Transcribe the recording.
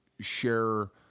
share